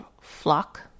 flock